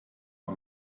nur